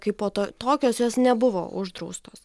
kaipo to tokios jos nebuvo uždraustos